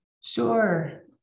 Sure